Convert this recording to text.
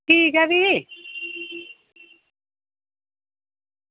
ठीक ऐ भी